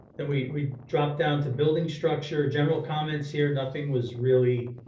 and we dropped down to building structure. general comments here, nothing was really